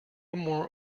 more